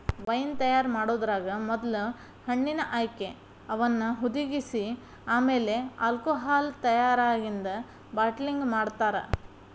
wine ತಯಾರ್ ಮಾಡೋದ್ರಾಗ ಮೊದ್ಲ ಹಣ್ಣಿನ ಆಯ್ಕೆ, ಅವನ್ನ ಹುದಿಗಿಸಿ ಆಮೇಲೆ ಆಲ್ಕೋಹಾಲ್ ತಯಾರಾಗಿಂದ ಬಾಟಲಿಂಗ್ ಮಾಡ್ತಾರ